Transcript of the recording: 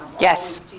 yes